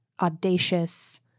audacious